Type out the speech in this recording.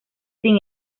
sin